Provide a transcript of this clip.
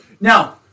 Now